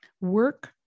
work